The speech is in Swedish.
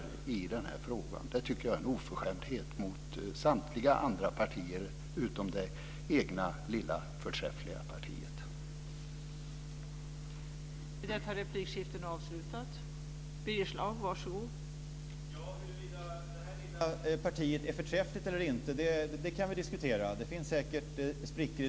Vi begär ett lagförslag. Ett lagförslag innebär naturligtvis att man utreder exakt hur lagen ska se ut. Det finns gråzoner.